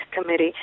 Committee